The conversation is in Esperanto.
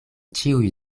ĉiuj